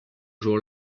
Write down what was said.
jour